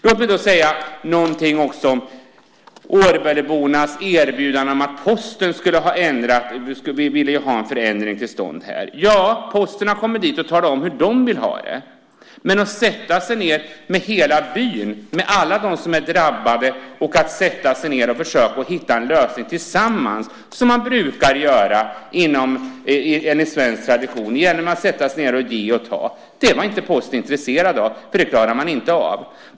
Låt mig säga någonting om erbjudandet till Årböleborna att Posten vill få en förändring till stånd. Ja, Posten har kommit dit och talat om hur de vill ha det. Men att sätta sig ned med hela byn, med alla dem som är drabbade och försöka hitta en lösning tillsammans som vi brukar göra enligt svensk tradition, att ge och ta, var man från Posten inte intresserad av. Det klarar man inte av.